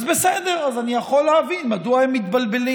אז בסדר, אז אני יכול להבין מדוע הם מתבלבלים